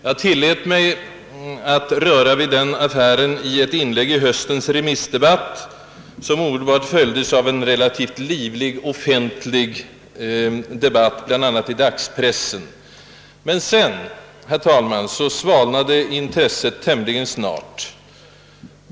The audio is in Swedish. Jag tillät mig beröra den affären i ett inlägg i höstens remissdebatt, som omedelbart följdes av en relativt livlig offentlig debatt bland annat i dagspressen; men sedan, herr talman, svalnade intresset tämligen snart.